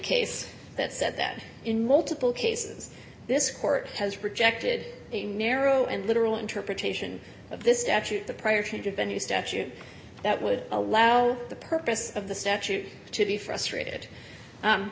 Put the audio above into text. case that said that in multiple cases this court has rejected a narrow and literal interpretation of this statute the prior change of venue statute that would allow the purpose of the statute to be frustrated